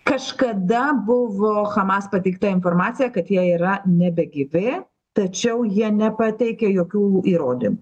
kažkada buvo hamas pateikta informacija kad jie yra nebegyvi tačiau jie nepateikė jokių įrodymų